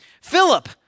Philip